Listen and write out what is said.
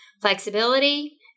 flexibility